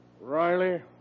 Riley